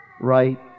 right